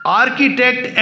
architect